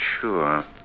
sure